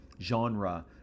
Genre